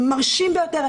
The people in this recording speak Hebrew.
מרשים ביותר,